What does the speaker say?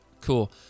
cool